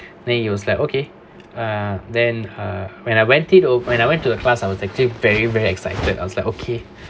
then he was like okay uh then uh when I went it or when I went to the class I was actually very very excited I was like okay